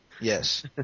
yes